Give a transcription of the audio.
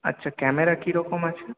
আচ্ছা ক্যামেরা কিরকম আছে